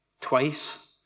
twice